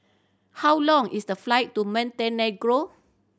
how long is the flight to Montenegro